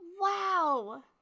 Wow